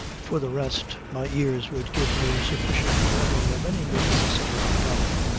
for the rest my ears would give me sufficient warning of any movements in the companion.